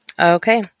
Okay